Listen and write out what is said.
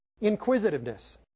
inquisitiveness